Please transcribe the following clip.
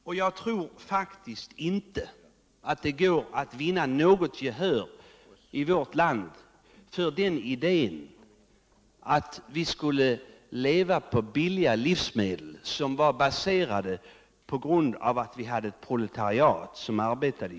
F. ö. tror jag faktiskt inte att det i vårt land går att vinna gehör för tanken att vi skulle åstadkomma billigare livsmedel till priset av ett jordbrukarproletariat.